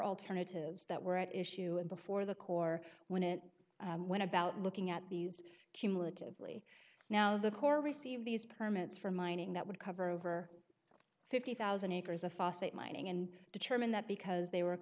alternatives that were at issue and before the corps when it went about looking at these cumulatively now the corps received these permits for mining that would cover over fifty thousand dollars acres of phosphate mining and determine that because they were